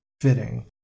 fitting